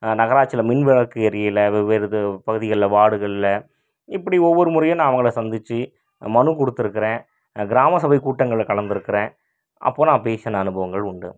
நகராட்சியில் மின் விளக்கு எரியலை வெவ்வேறு இது பகுதிகளில் வார்டுகளில் இப்படி ஒவ்வொரு முறையும் நான் அவங்களை சந்திச்சு மனு கொடுத்துருக்கறேன் கிராம சபை கூட்டங்களில் கலந்துருக்கிறேன் அப்போது நான் பேசினால் அனுபவங்கள் உண்டு